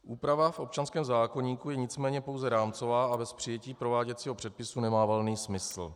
Úprava v občanském zákoníku je nicméně pouze rámcová a bez přijetí prováděcího předpisu nemá valný smysl.